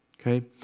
okay